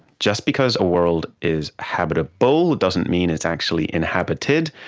just because a world is habitable, doesn't mean it's actually inhabited.